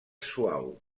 suau